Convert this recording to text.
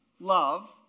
love